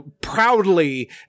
proudly